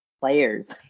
players